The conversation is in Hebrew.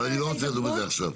אבל אני לא רוצה לדבר על זה עכשיו.